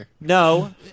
No